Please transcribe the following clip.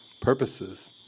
purposes